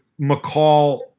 McCall